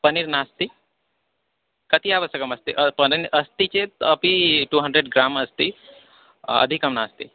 पनीर् नास्ति कति आवश्यकमस्ति पनीर् अस्ति चेत् अपि टु हण्ड्रेड् ग्राम् अस्ति अधिकं नास्ति